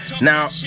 Now